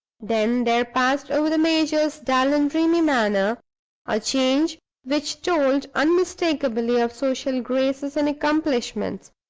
then there passed over the major's dull and dreamy manner a change which told unmistakably of social graces and accomplishments,